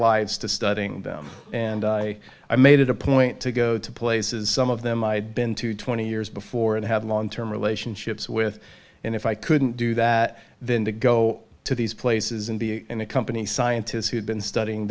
lives to studying them and i made it a point to go to places some of them i'd been to twenty years before and have long term relationships with and if i couldn't do that then to go to these places and be in a company scientists who'd been studying